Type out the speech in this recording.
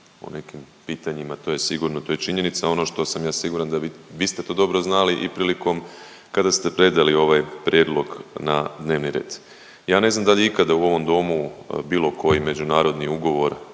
o nekim pitanjima, to je sigurno, to je činjenica. Ono što sam ja siguran da vi, vi ste to dobro znali i prilikom, kada ste predali ovaj prijedlog na dnevni red. Ja ne znam da li je ikada u ovom domu bilo koji međunarodni ugovor